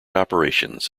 operations